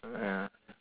ya